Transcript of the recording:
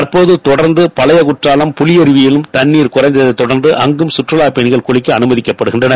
தற்போது தொடர்ந்து பழைய குற்றாலம் புலியருவியில் தண்ணீர் குறைந்ததை தொடர்ந்து அங்கும் கற்றுவாப் பயனிகள் குளிக்க அழுதிக்கப்படுகின்றனர்